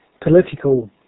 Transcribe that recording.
political